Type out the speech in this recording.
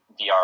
VR